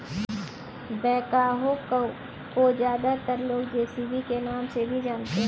backhoe को ज्यादातर लोग जे.सी.बी के नाम से भी जानते हैं